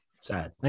Sad